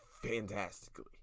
fantastically